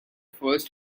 first